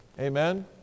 Amen